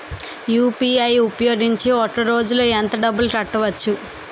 UPI ఉపయోగించి ఒక రోజులో ఎంత డబ్బులు కట్టవచ్చు?